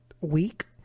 week